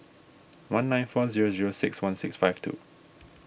one nine four zero zero six one six five two